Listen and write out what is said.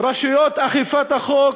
רשויות אכיפת החוק,